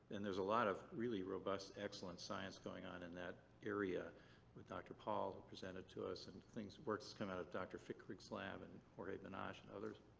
and there's a lot of really robust excellent science going on in that area with dr. pal who presented to us and things. works come out of dr. fikret's lab and jorge benach and others.